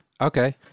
Okay